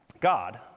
God